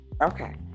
okay